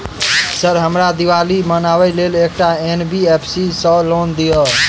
Sir हमरा दिवाली मनावे लेल एकटा एन.बी.एफ.सी सऽ लोन दिअउ?